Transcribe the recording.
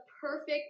perfect